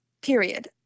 period